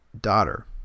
daughter